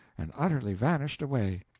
and utterly vanished away.